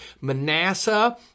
Manasseh